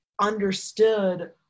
understood